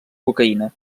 cocaïna